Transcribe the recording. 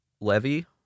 Levy